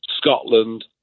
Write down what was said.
scotland